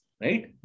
right